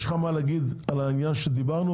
יש לך מה להגיד על העניין שדיברנו?